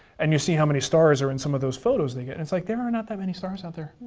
and you see how many stars there are in some of those photos they get. it's like there are not that many stars out there.